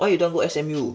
why you don't want go S_M_U